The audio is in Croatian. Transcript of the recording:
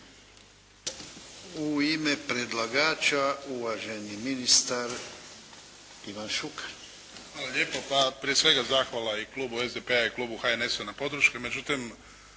U ime predlagača uvaženi ministar, Ivan Šuker. **Šuker, Ivan (HDZ)** Hvala lijepo. Pa prije svega zahvala i klubu SDP-a i klubu HNS-a na podrški,